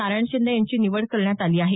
नारायण शिंदे यांची निवड करण्यात आली आहे